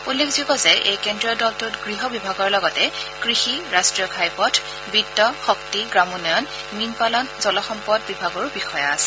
উল্লেখযোগ্য যে এই কেন্দ্ৰীয় দলটোত গৃহ বিভাগৰ লগতে কৃষি ৰাট্টীয় ঘাইপথ বিত্ত শক্তি হ্ৰামোন্নয়ন মীন পালন জলসম্পদ বিভাগৰো বিষয়া আছে